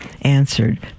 answered